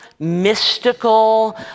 mystical